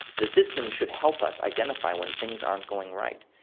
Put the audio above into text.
the system should help us identify when things aren't going right.